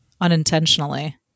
unintentionally